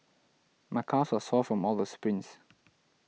my calves are sore from all the sprints